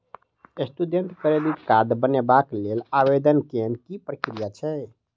Student credit card बनेबाक लेल आवेदन केँ की प्रक्रिया छै?